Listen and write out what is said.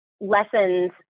lessons